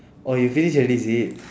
oh you finish already is it